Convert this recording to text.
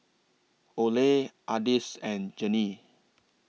Ole Ardis and Jeannie